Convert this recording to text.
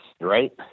right